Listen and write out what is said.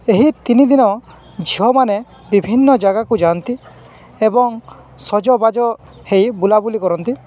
ଏହି ତିନି ଦିନ ଝିଅମାନେ ବିଭିନ୍ନ ଜାଗାକୁ ଯାଆନ୍ତି ଏବଂ ସଜବାଜ ହେଇ ବୁଲାବୁଲି କରନ୍ତି